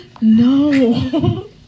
No